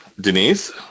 Denise